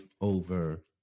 over